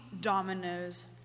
dominoes